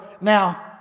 now